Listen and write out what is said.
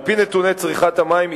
על-פי נתוני צריכת המים,